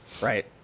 Right